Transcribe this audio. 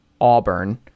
Auburn